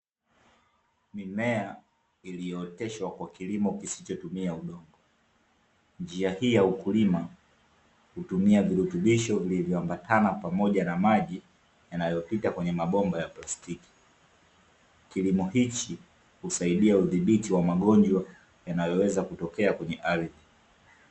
Mimea iliyooteshwa kwa kilimo kisichotumia udongo. Njia hii ya ukulima, hutumia virutubisho vilivyoambatana pamoja na maji yanayopita kwenye mabomba ya plastiki. Kilimo hichi, husaidia udhibiti wa magonjwa yanayoweza kutokea kwenye ardhi.